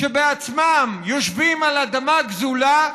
שבעצמם יושבים על אדמה גזולה,